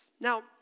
Now